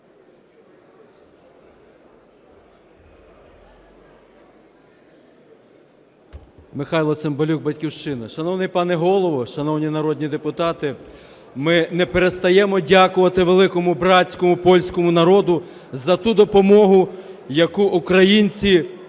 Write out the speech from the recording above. Михайло Цимбалюк, "Батьківщина". Шановний пане Голово, шановні народні депутати, ми не перестаємо дякувати великому братському польському народу за ту допомогу, яку українці відчули